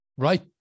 right